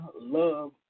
Love